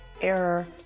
error